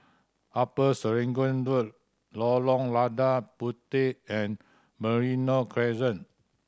Upper Serangoon Road Lorong Lada Puteh and Merino Crescent